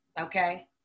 Okay